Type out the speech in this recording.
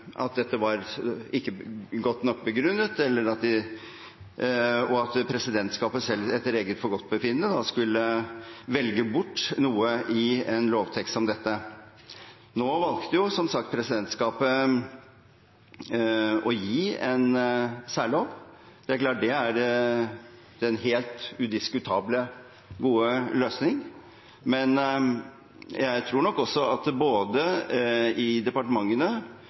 at dette ikke var godt nok begrunnet, og at presidentskapet selv etter eget forgodtbefinnende skulle velge bort noe i en lovtekst som dette? Nå valgte, som sagt, presidentskapet å gi en særlov. Det er klart at det er den helt udiskutable gode løsning, men jeg tror nok også at både i departementene